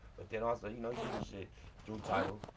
but then also, you know, he did his shit through title,